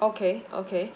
okay okay